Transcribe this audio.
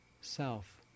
self